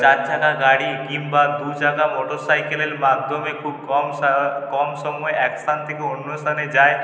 চার চাকা গাড়ি কিংবা দু চাকা মোটর সাইকেলের মাধ্যমে খুব কম কম সময়ে এক স্থান থেকে অন্য স্থানে যায়